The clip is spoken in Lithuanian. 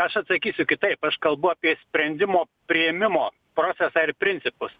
aš atsakysiu kitaip aš kalbu apie sprendimo priėmimo procesą ir principus